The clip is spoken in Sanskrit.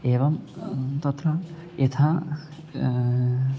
एवं तत्र यथा